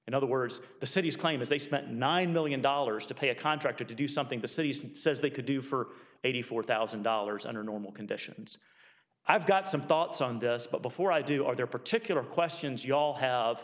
in other words the city's claim is they spent nine million dollars to pay a contractor to do something the city's says they could do for eighty four thousand dollars under normal conditions i've got some thoughts on this but before i do are there particular questions you all have